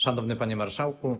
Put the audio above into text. Szanowny Panie Marszałku!